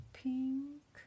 pink